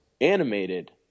Animated